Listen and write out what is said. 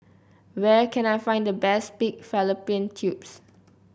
where can I find the best Pig Fallopian Tubes